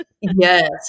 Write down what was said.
Yes